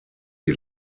die